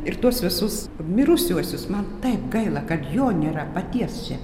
ir tuos visus mirusiuosius man taip gaila kad jo nėra paties čia